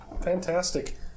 Fantastic